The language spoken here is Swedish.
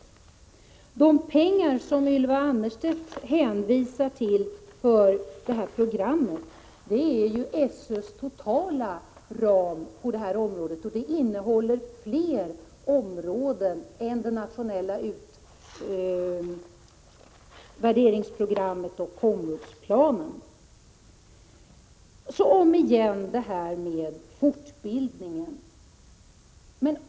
De å r lingsarbete inom skol pengar som Ylva Annerstedt hänvisar till för detta program är ju SÖ:s totala ram på detta område, och den innehåller fler områden än det nationella värderingsprogrammet och komvuxplanen. Om igen vill jag säga något om fortbildningen.